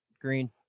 Green